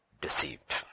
deceived